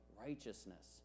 righteousness